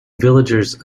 villagers